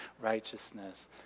righteousness